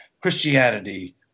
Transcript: Christianity